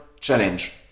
challenge